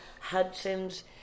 Hudson's